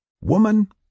Woman